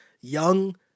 young